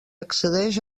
accedeix